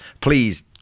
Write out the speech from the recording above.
Please